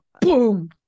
boom